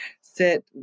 sit